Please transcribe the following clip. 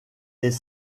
les